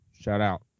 Shout-out